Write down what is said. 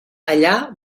allà